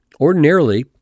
Ordinarily